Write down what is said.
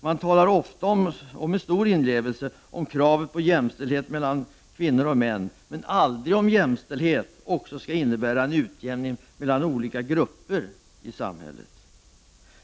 Man talar ofta — med stor inlevelse — om kravet på jämställdhet mellan kvinnor och män, men aldrig om att jämställdhet också skall innebära en utjämning mellan olika grupper i samhället.